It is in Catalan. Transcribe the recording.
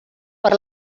per